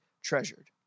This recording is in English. treasured